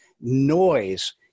noise